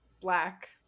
black